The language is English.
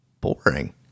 boring